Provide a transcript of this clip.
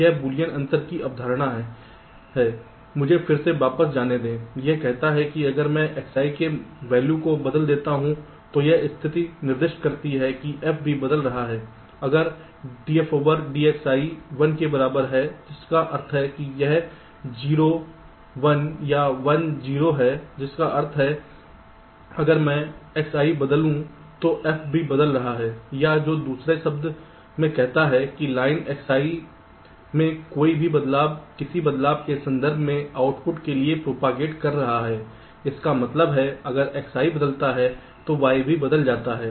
यह बूलियन अंतर की अवधारणा है मुझे फिर से वापस जाने दें यह कहता है कि अगर मैं Xi के मूल्य को बदल देता हूं तो यह स्थिति निर्दिष्ट करती है कि f भी बदल रहा है अगर df dXi 1 के बराबर है जिसका अर्थ है कि यह 0 1 या 1 0 है जिसका अर्थ है अगर मैं Xi बदलूं तो f भी बदल रहा है या जो दूसरे शब्द में कहता है कि लाइन Xi में कोई भी बदलाव किसी बदलाव के संदर्भ में आउटपुट के लिए प्रोपागेट कर रहा है इसका मतलब है अगर Xi बदलता है तो f भी बदल जाता है